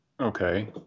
Okay